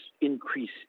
increase